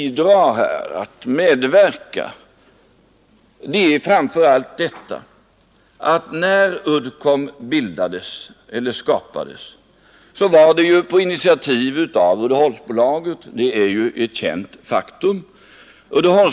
Det är ett känt faktum att Uddcomb skapades på initiativ av Uddeholmsbolaget.